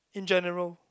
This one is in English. in general